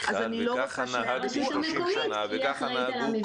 מיכל -- הרשות המקומית כי היא אחראית על המבנה ועל --- עם כל הכבוד.